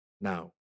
Now